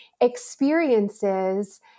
experiences